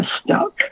Stuck